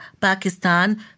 Pakistan